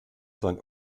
sein